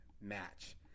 match